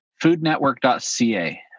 foodnetwork.ca